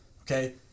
Okay